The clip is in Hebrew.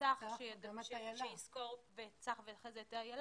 צח בן יהודה - ואחר כך את אילה